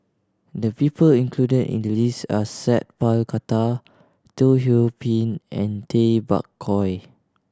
the people included in the list are Sat Pal Khattar Teo Ho Pin and Tay Bak Koi